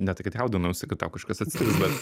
ne tai kad jaudinausi kad tau kažkas atsitiks bet